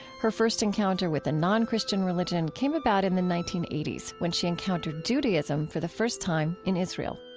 her first encounter with a non-christian religion came about in the nineteen eighty s when she encountered judaism for the first time, in israel